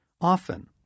Often